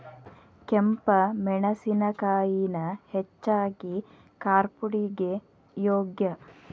ಕೆಂಪ ಮೆಣಸಿನಕಾಯಿನ ಹೆಚ್ಚಾಗಿ ಕಾರ್ಪುಡಿಗೆ ಯೋಗ್ಯ